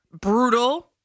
brutal